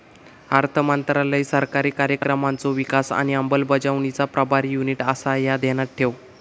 अर्थमंत्रालय सरकारी कार्यक्रमांचो विकास आणि अंमलबजावणीचा प्रभारी युनिट आसा, ह्या ध्यानात ठेव